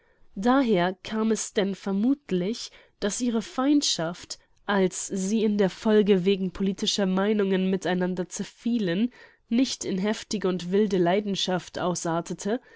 daher kam es denn vermuthlich daß ihre feindschaft als sie in der folge wegen politischer meinungen miteinander zerfielen nicht in heftige und wilde leidenschaft ausartete